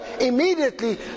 immediately